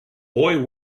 boy